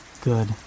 good